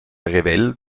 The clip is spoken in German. revell